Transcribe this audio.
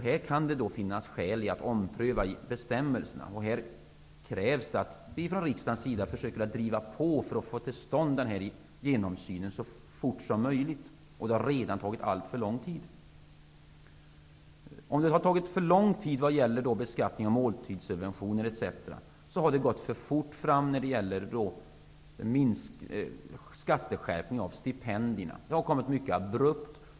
Det kan därför finnas skäl att ompröva bestämmelserna, och det är nödvändigt att vi från riksdagen försöker driva på för att få till stånd en genomsyn så fort som möjligt. Det har redan tagit alltför lång tid. Om det har tagit för lång tid vad gäller beskattningen av måltidssubventioner, har det gått för fort fram när det gäller skatteskärpningen av stipendierna. Detta har kommit mycket abrupt.